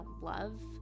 love